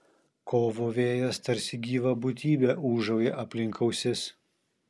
kovo vėjas tarsi gyva būtybė ūžauja aplink ausis